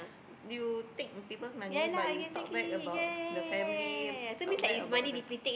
you take people's money but you talk bad about the family talk back about the